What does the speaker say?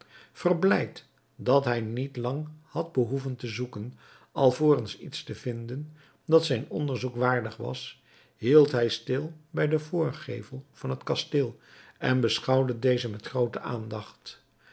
verblijd dat hij niet lang had behoeven te zoeken alvorens iets te vinden dat zijn onderzoek waardig was hield hij stil bij den voorgevel van het kasteel en beschouwde dezen met groote aandacht